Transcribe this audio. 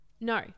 No